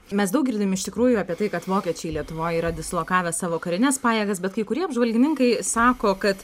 mes daug girdim iš tikrųjų apie tai kad vokiečiai lietuvoj yra dislokavę savo karines pajėgas bet kai kurie apžvalgininkai sako kad